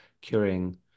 curing